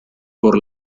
por